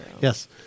Yes